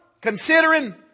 considering